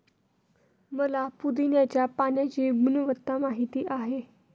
मला पुदीन्याच्या पाण्याची गुणवत्ता माहित आहे